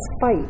fight